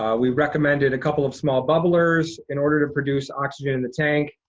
we've recommended a couple of small bubblers in order to produce oxygen in the tank,